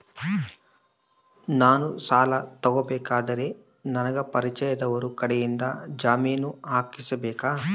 ನಾನು ಸಾಲ ತಗೋಬೇಕಾದರೆ ನನಗ ಪರಿಚಯದವರ ಕಡೆಯಿಂದ ಜಾಮೇನು ಹಾಕಿಸಬೇಕಾ?